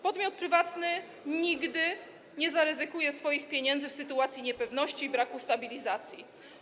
Podmiot prywatny nigdy nie zaryzykuje swoich pieniędzy w sytuacji niepewności i braku stabilizacji.